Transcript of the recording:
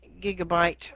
gigabyte